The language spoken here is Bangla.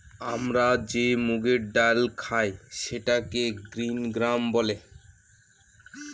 আমরা যে মুগের ডাল খায় সেটাকে গ্রিন গ্রাম বলে